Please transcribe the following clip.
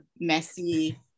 messy